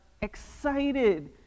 excited